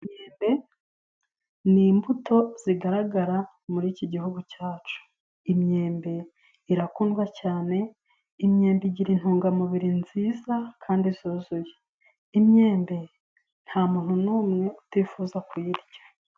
Imyembe ni imbuto zigaragara muri iki Gihugu cyacu. Imyembe irakundwa cyane, imyembe igira intungamubiri nziza kandi zuzuye. Imyembe nta muntu n'umwe utifuza kuyirya.